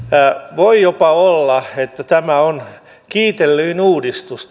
voi jopa olla että tulevaisuudessa tämä on kiitellyin uudistus